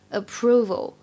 approval